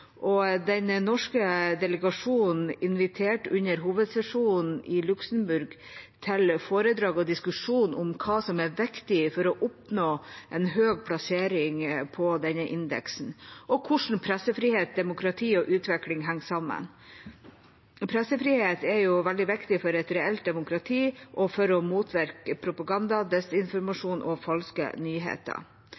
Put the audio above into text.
Den norske delegasjonen inviterte under hovedsesjonen i Luxembourg til foredrag og diskusjon om hva som er viktig for å oppnå en høy plassering på denne indeksen, og om hvordan pressefrihet, demokrati og utvikling henger sammen. Pressefrihet er jo veldig viktig for et reelt demokrati og for å motvirke propaganda,